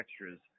extras